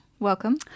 Welcome